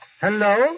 Hello